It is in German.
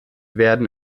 werden